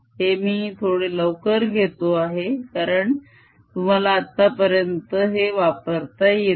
हे मी थोडे लवकर घेतो आहे कारण तुम्हाला आतापर्यंत हे वापरता येते